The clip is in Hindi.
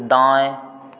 दायें